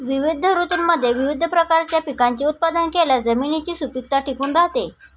विविध ऋतूंमध्ये विविध प्रकारच्या पिकांचे उत्पादन केल्यास जमिनीची सुपीकता टिकून राहते